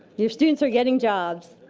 your students are getting jobs.